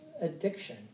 addiction